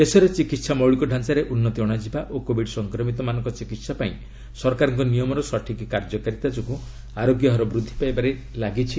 ଦେଶରେ ଚିକିତ୍ସା ମୌଳିକ ଢାଞ୍ଚାରେ ଉନ୍ନତି ଅଣାଯିବା ଓ କୋବିଡ୍ ସଂକ୍ମିତମାନଙ୍କ ଚିକିହା ପାଇଁ ସରକାରଙ୍କ ନିୟମର ସଠିକ୍ କାର୍ଯ୍ୟକାରିତା ଯୋଗୁଁ ଆରୋଗ୍ୟ ହାର ବୃଦ୍ଧି ପାଇବାରେ ଲାଗିଛି